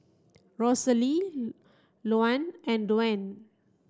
Rosalie Louann and Duane